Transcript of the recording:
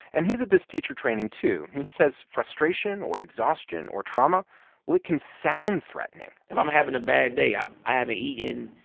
and he's at this teacher training, too. he says frustration or exhaustion or trauma well, it can sound threatening if i'm having a bad day i haven't eaten,